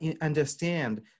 understand